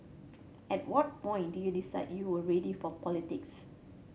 at what point did you decide you were ready for politics